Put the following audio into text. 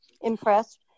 impressed